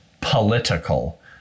political